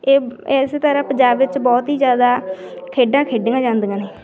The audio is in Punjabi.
ਇਹ ਇਸ ਤਰ੍ਹਾਂ ਪੰਜਾਬ ਵਿੱਚ ਬਹੁਤ ਹੀ ਜ਼ਿਆਦਾ ਖੇਡਾਂ ਖੇਡੀਆਂ ਜਾਂਦੀਆਂ ਨੇ